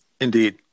Indeed